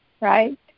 right